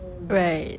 right